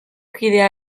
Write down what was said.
kidea